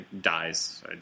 dies